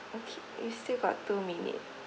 okay we still got two minutes